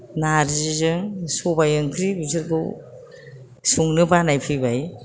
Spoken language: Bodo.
नारजिजों सबाय ओंख्रि बिसोरखौ संनो बानाय फैबाय